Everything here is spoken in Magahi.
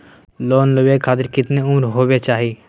लोन लेवे खातिर केतना उम्र होवे चाही?